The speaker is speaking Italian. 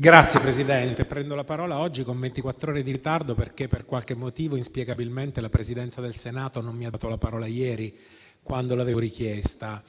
Signor Presidente, prendo la parola oggi, con ventiquattro ore di ritardo, perché per qualche motivo, inspiegabilmente, la Presidenza del Senato non mi ha dato la parola ieri, quando l’avevo richiesta.